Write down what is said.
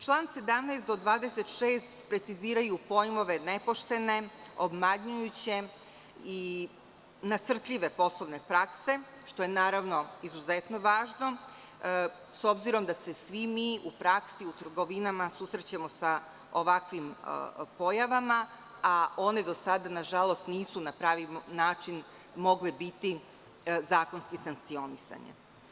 Čl. 17-26. preciziraju pojmove – nepoštene, obmanjujuće, nasrtljive poslovne prakse, što je izuzetno važno, s obzirom da se svi mi u praksi, u trgovinama, susrećemo sa ovakvim pojavama, a one do sada, nažalost, nisu na pravi način mogle biti zakonski sankcionisane.